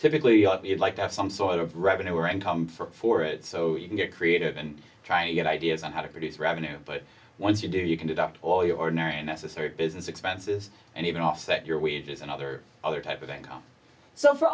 typically like to have some sort of revenue or income for for it so you can get creative and try and get ideas on how to produce revenue but once you do you can deduct all the ordinary necessary business expenses and even offset your wages and other other type of income so for